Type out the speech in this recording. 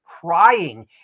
crying